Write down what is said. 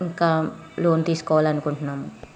ఇంకా లోన్ తీసుకోవాలనుకుంటున్నాం